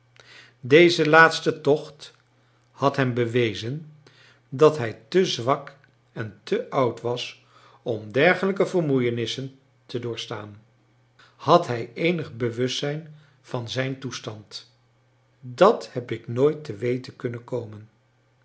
deze laatste tocht had hem bewezen dat hij te zwak en te oud was om dergelijke vermoeienissen te doorstaan had hij eenig bewustzijn van zijn toestand dat heb ik nooit te weten kunnen komen